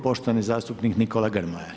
Poštovani zastupnik Nikola Grmoja.